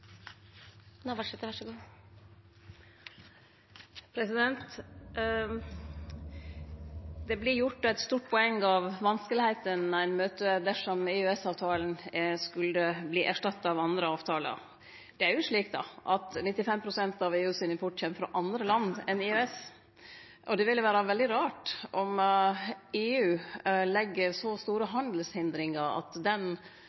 stort poeng av vanskane ein møter dersom EØS-avtalen skulle verte erstatta av andre avtalar. Det er slik at 95 pst. av EUs import kjem frå andre land enn EØS, og det ville vere veldig rart om EU legg så store handelshindringar at den